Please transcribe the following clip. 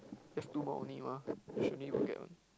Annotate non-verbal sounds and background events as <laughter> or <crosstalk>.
left two more only mah <noise> usually will get one